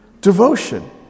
devotion